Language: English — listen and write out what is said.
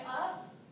up